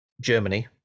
Germany